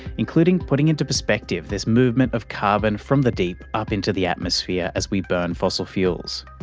including putting into perspective this movement of carbon from the deep up into the atmosphere as we burn fossil fuels.